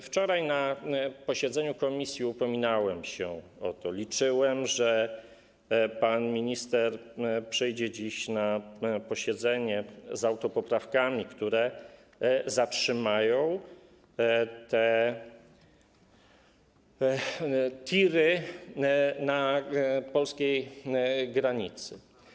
Wczoraj na posiedzeniu komisji upominałem się o to: liczyłem, że pan minister przyjdzie dziś na posiedzenie z autopoprawkami, które zatrzymają te tiry na polskiej granicy.